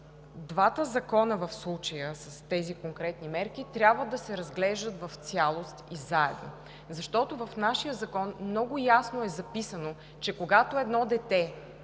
Двата закона, в случая тези конкретни мерки трябва да се разглеждат в цялост и заедно, защото в нашия закон много ясно е записано, че когато едно дете е